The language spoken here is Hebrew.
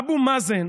אבו מאזן